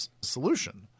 solution